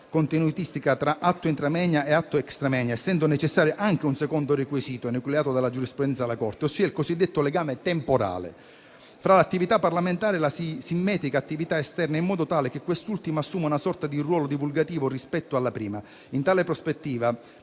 contenutistica tra atto *intra moenia* e atto *extra moenia*, essendo necessario anche un secondo requisito enucleato dalla giurisprudenza della Corte, ossia il cosiddetto legame temporale tra l'attività parlamentare e la simmetrica attività esterna, in modo tale che quest'ultima assuma una sorta di ruolo divulgativo rispetto alla prima. In tale prospettiva